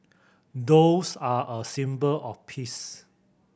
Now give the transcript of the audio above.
doves are a symbol of peace